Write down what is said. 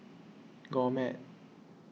Gourmet